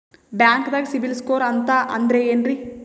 ಬ್ಯಾಂಕ್ದಾಗ ಸಿಬಿಲ್ ಸ್ಕೋರ್ ಅಂತ ಅಂದ್ರೆ ಏನ್ರೀ?